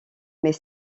mais